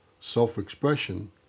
self-expression